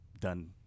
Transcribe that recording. done